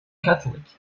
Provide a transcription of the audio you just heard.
catholic